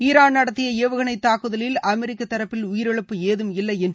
ஈராள் நடத்திய ஏவுகணை தாக்குதலில் அமெரிக்க தரப்பில் உயிரிழப்பு ஏதும் இல்லை என்று